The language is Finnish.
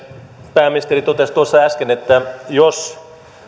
pääministeri totesi tuossa äsken että jos